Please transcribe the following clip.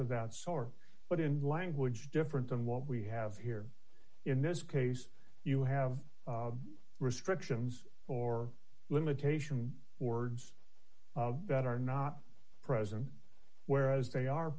of that sore but in language different than what we have here in this case you have restrictions for limitation ords of that are not present whereas they are